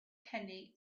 kenny